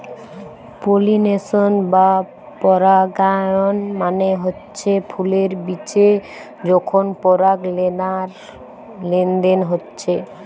pollination বা পরাগায়ন মানে হচ্ছে ফুলের বিচে যখন পরাগলেনার লেনদেন হচ্ছে